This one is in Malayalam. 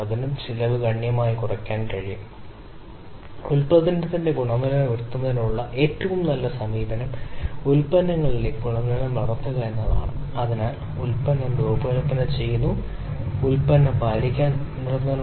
AQL k അതിനാൽ ഈ സിസ്റ്റം എങ്ങനെയാണ് ലളിതമായി വരുന്നത് നിങ്ങൾ ഇത് സ്ക്വയർ ബ്രാക്കറ്റായി തുറന്നാൽ നിങ്ങൾ ആകും left with ഉപയോഗിച്ച് അവശേഷിക്കുന്നു അതിനാൽ ഞാൻ പ്രധാനമായും ചെയ്യുന്നത് അതേ പദങ്ങൾ ഇവിടെ കുറയ്ക്കുകയും ചേർക്കുകയും ചെയ്യുക എന്നതാണ് ഇത് ഫലപ്രദമായി ഇവയെല്ലാം term term എന്ന പദത്തിന് മാത്രമേ കാരണമാകൂ